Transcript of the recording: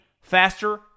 faster